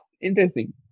interesting